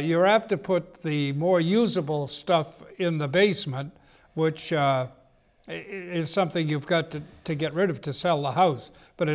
you're apt to put the more usable stuff in the basement which is something you've got to get rid of to sell the house but